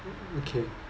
o~ okay